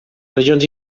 regions